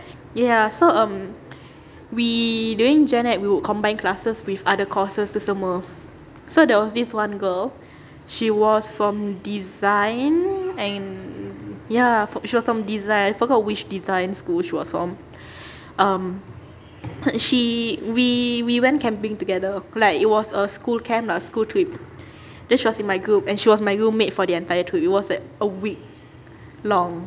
ya so um we doing gen ed we would combine classes with other courses tu semua so there was this one girl she was from design and ya f~ she was from design school I forgot which design school she was from um she we we went camping together like it was a school camp lah school trip then she was in my group and she was my roommate for the entire trip it was a week long